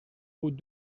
route